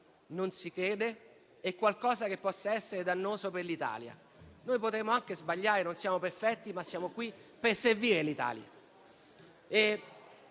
non si crede e qualcosa che possa essere dannoso per l'Italia. Noi potremmo anche sbagliare, non siamo perfetti, ma siamo qui per servire l'Italia